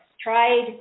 Tried